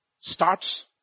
starts